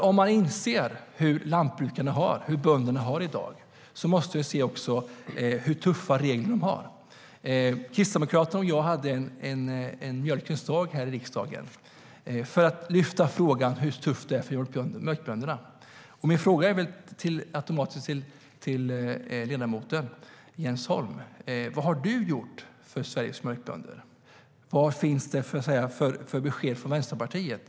Om vi inser hur bönderna har det i dag måste vi inse hur tuffa regler de har. Kristdemokraterna och jag hade en mjölkens dag här i riksdagen för att lyfta fram frågan hur tufft det är för mjölkbönderna. Min fråga till ledamoten Jens Holm är automatiskt: Vad har du gjort för Sveriges mjölkbönder? Vad finns det för besked från Vänsterpartiet?